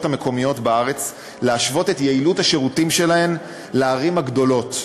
המקומיות בארץ להשוות את יעילות השירותים שלהן לערים הגדולות,